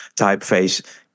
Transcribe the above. Typeface